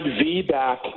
V-back